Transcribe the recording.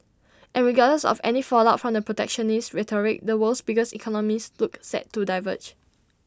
and regardless of any fallout from the protectionist rhetoric the world's biggest economies look set to diverge